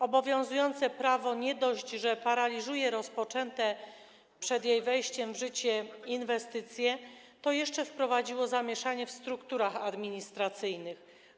Obowiązujące prawo nie dość, że paraliżuje rozpoczęte przed jego wejściem w życie inwestycje, to jeszcze wprowadziło zamieszanie w strukturach administracyjnych.